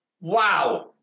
Wow